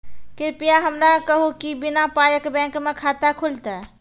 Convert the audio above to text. कृपया हमरा कहू कि बिना पायक बैंक मे खाता खुलतै?